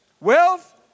wealth